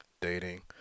dating